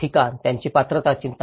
ठिकाण त्यांची पात्र चिंता